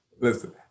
Listen